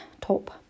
top